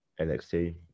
NXT